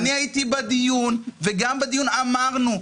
הייתי בדיון ואז אמרנו,